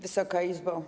Wysoka Izbo!